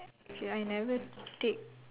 ya I never take